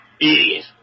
Idiot